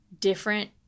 different